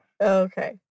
Okay